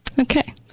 okay